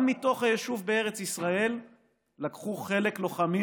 גם מתוך היישוב בארץ ישראל לקחו חלק לוחמים